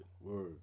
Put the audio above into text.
Word